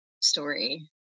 story